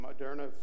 Moderna